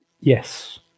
Yes